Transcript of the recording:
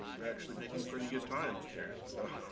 we're actually making pretty good time here. so